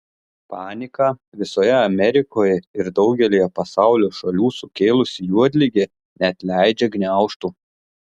paniką visoje amerikoje ir daugelyje pasaulio šalių sukėlusi juodligė neatleidžia gniaužtų